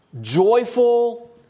joyful